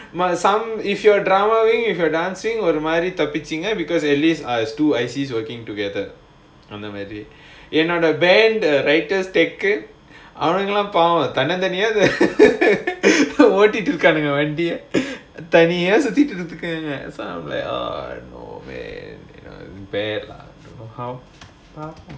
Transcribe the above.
but some if you are dramaing if you are dancing ஒரு மாதிரி தப்பிச்சீன்க:oru maadhiri thappicheenga because at least our two I_C working together அந்த மாதிரி என்னோட:andha maadhiri ennoda in a band right அவங்கலாம் பாவம் தன்னந்தனியா ஒட்டிட்டுருக்காங்க வண்டிய:avangalaam pavaam thananthaniyaa otiturukkaanga vandiya தனியா சுத்திட்ருக்கானுக:thaniya suthitrukkaanuga so I'm like ah oh no man bad lah so how how